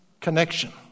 connection